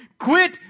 Quit